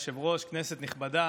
כנסת נכבדה,